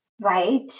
Right